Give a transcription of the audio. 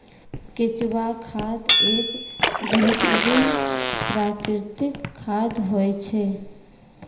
केंचुआ खाद एक बेहतरीन प्राकृतिक खाद होय छै